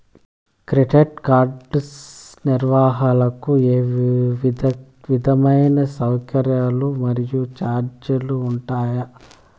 Credit card నిర్వహణకు ఏ విధమైన సౌకర్యాలు మరియు చార్జీలు ఉంటాయా?